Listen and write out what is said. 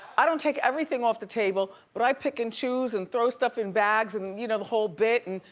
i don't take everything off the table, but i pick and choose and throw stuff in bags and you know whole bit and,